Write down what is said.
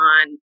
on